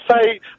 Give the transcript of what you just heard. say